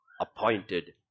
Appointed